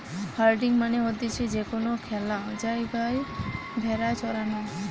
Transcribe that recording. herding মানে হতিছে যে কোনো খ্যালা জায়গায় ভেড়া চরানো